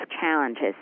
challenges